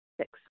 Six